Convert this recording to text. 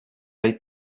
hay